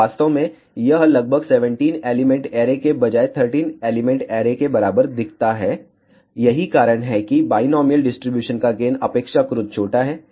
तो वास्तव में यह लगभग 17 एलिमेंट ऐरे के बजाय 13 एलिमेंट ऐरे के बराबर दिखता है यही कारण है कि बाईनोमिअल डिस्ट्रीब्यूशन का गेन अपेक्षाकृत छोटा है